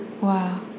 Wow